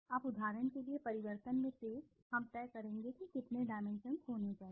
अब उदाहरण के लिए परिवर्तन में तेज हम तय करेंगे कि कितने डाइमेंशन्सहोने चाहिए